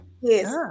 yes